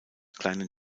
kleinen